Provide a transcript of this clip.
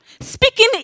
Speaking